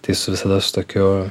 tai su visada su tokiu